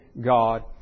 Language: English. God